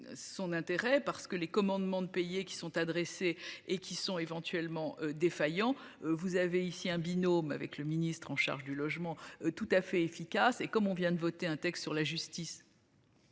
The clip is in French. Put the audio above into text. Son intérêt parce que les commandements de payer qui sont adressées et qui sont éventuellement défaillant. Vous avez ici un binôme avec le ministre en charge du logement. Tout à fait efficace et comme on vient de voter un texte sur la justice.